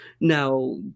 Now